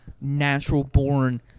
natural-born